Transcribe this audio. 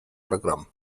программ